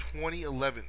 2011